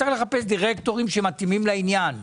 צריך לחפש דירקטורים שמתאימים לעניין.